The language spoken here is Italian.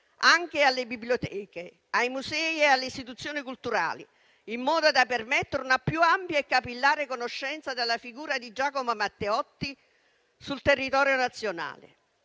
anche alle biblioteche, ai musei e alle istituzioni culturali, in modo da permettere una più ampia e capillare conoscenza della figura di Giacomo Matteotti sul territorio nazionale.